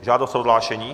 Žádost o odhlášení?